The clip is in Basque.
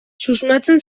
susmatzen